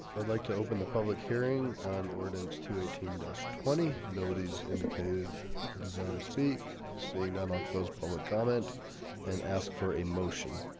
i'd like to open the public hearing on ordinance to eighteen twenty nobody's indicated the ah desire to speak seeing none. i'll close public comment and ask for a motion.